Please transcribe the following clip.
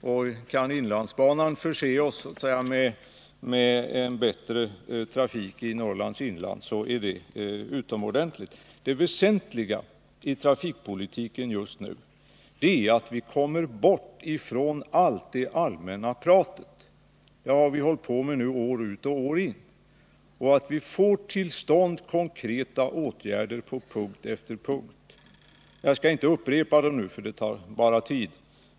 Och kan inlandsbanan förse oss med en bättre trafik i Norrlands inland är det utomordentligt. Det väsentliga i trafikpolitiken just nu är att vi kommer bort ifrån allt det allmänna pratet — det har vi hållit på med nu år ut och år in — och att vi får till stånd konkreta åtgärder på punkt efter punkt. Jag skall inte upprepa dem nu, för det tar tid.